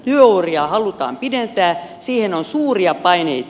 työuria halutaan pidentää siihen on suuria paineita